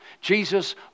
Jesus